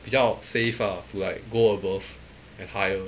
比较 safe ah like go above and higher